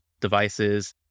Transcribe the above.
devices